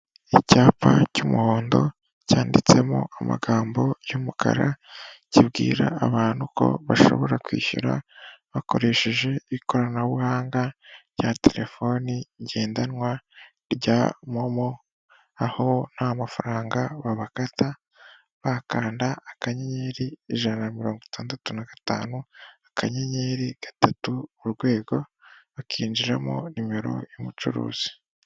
Icyapa cy'umuhondo cyanditsemo amagambo y'umukara, kibwira abantu ko bashobora kwishyura bakoresheje ikoranabuhanga rya terefone ngendanwa rya momo, aho nta mafaranga babakata, bakanda akanyenyeri ijana na mirongo itandatu na gatanu, akanyenyeri gatatu urwego, bakinjiramo nimero y'ubucuruzi.